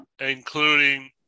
including